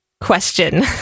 question